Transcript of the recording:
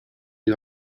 die